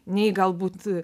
nei gal būt